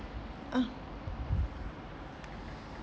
ah